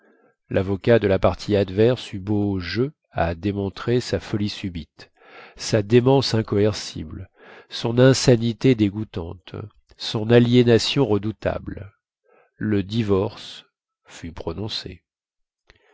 lavocat de la partie adverse eut beau jeu à démontrer sa folie subite sa démence incoercible son insanité dégoûtante son aliénation redoutable le divorce fut prononcé